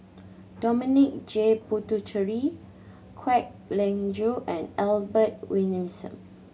Dominic J Puthucheary Kwek Leng Joo and Albert